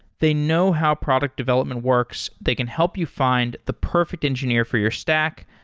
they know how product development works. they can help you find the perfect engineer for your stack,